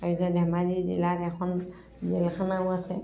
আৰু এতিয়া ধেমাজি জিলাত এখন জেল খানাও আছে